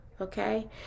Okay